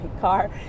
car